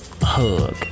hug